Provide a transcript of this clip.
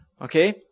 okay